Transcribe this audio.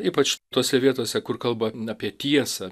ypač tose vietose kur kalba apie tiesą